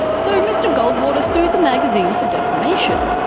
so mr goldwater sued the magazine for defamation.